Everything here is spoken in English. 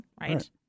right